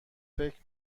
فکر